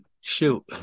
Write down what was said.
shoot